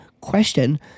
question